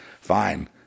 fine